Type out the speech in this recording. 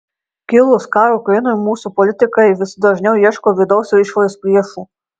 kilus karui ukrainoje mūsų politikai vis dažniau ieško vidaus ir išorės priešų